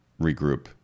regroup